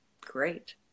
great